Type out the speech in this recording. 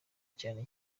cyane